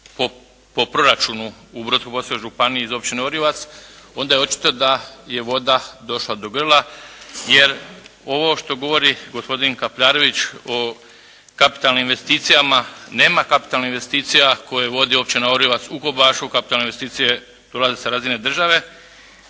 po proračunu u Brodsko-posavskoj županiji iz općine Orijovac, onda je očito da je voda došla do grla, jer ovo što govori gospodin Kapraljević o kapitalnim investicijama, nema kapitalnih investicija koje vodi općina Oriovac u Kobašu kapitalne investicije dolaze sa razine države